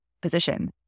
position